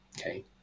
Okay